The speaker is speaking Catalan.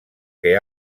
que